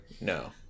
No